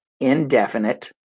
indefinite